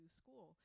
school